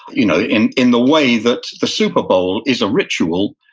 you know in in the way that the super bowl is a ritual,